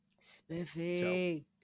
Spiffy